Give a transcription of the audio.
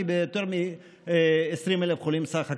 ויותר מ-20,000 חולים סך הכול.